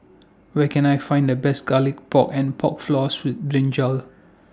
Where Can I Find The Best Garlic Pork and Pork Floss with Brinjal